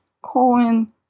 Coin